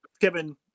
Kevin